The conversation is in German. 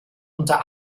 unter